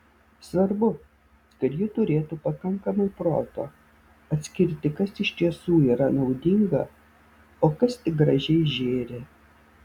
svarbu kad ji turėtų pakankamai proto atskirti kas iš tiesų yra naudinga o kas tik gražiai žėri